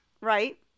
Right